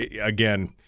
again